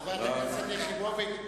חברת הכנסת יחימוביץ,